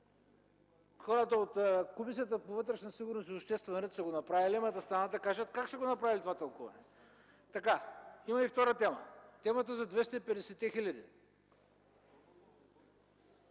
хората от Комисията по вътрешна сигурност и обществен ред са го направили, но да станат и да кажат как са го направили това тълкуване. Има и втора тема – темата за 250-те хил.